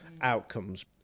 outcomes